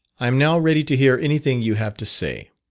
i am now ready to hear anything you have to say.